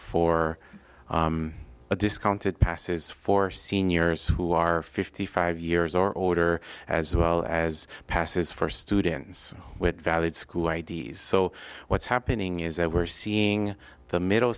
for a discounted passes for seniors who are fifty five years or older as well as passes for students with valid school i d s so what's happening is that we're seeing the middle